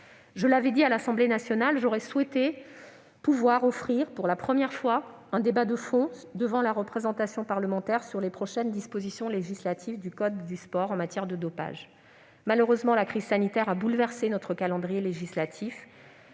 Je l'avais dit à l'Assemblée nationale, j'aurais souhaité pouvoir offrir, pour la première fois, un débat de fond à la représentation parlementaire sur les prochaines dispositions législatives du code du sport en matière de dopage. Malheureusement, la crise sanitaire a bouleversé notre calendrier législatif.